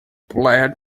blair